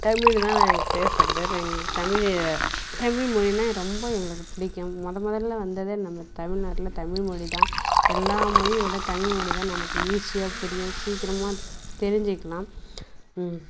தமிழ்தான் எனக்கு பேசுவது தமிழ் தமிழ்மொழினால் ரொம்ப எனக்கு பிடிக்கும் மொதல் முதல்ல வந்ததே நம்ம தமிநாட்டில் தமிழ்மொழி தான் எல்லாம் மொழியும் விட தமிழ்மொழி தான் நமக்கு ஈஸியா புரியும் சீக்கிரமாக தெரிஞ்சுக்கிலாம்